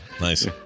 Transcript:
nice